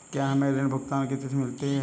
क्या हमें ऋण भुगतान की तिथि मिलती है?